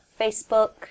Facebook